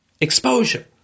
Exposure